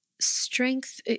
strength